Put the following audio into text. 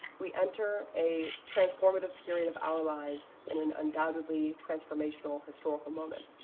we enter a transformative period of our lives in an undoubtedly transformational, historical moment.